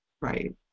right